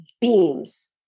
beams